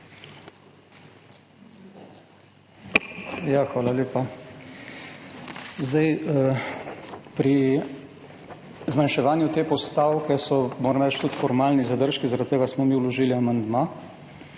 Hvala lepa. Pri zmanjševanju te postavke so, moram reči, tudi formalni zadržki, zaradi tega smo mi vložili amandma.